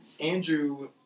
Andrew